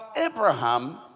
Abraham